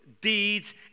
deeds